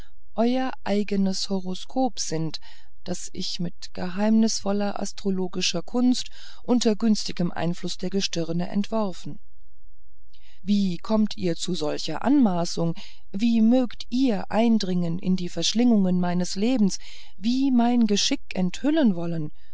euer eignes horoskop sind das ich mit geheimnisvoller astrologischer kunst unter günstigem einfluß der gestirne entworfen wie kommt ihr zu solcher anmaßung wie mögt ihr eindringen in die verschlingungen meines lebens wie mein geschick enthüllen wollen